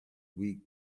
week